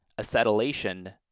Acetylation